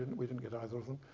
we didn't get either of them,